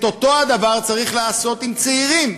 את אותו הדבר צריך לעשות עם צעירים,